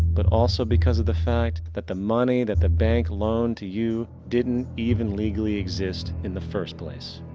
but, also because of the fact that the money that the bank loaned to you didn't even legally exist in the first place.